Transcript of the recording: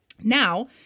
Now